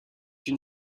une